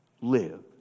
Live